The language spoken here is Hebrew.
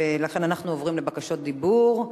ולכן אנחנו עוברים לבקשות דיבור,